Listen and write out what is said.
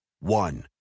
One